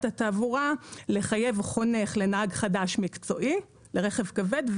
התעבורה לחייב חונך לנהג חדש מקצועי לרכב כבד,